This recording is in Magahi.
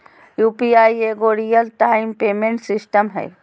यु.पी.आई एगो रियल टाइम पेमेंट सिस्टम हइ